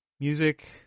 music